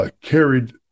carried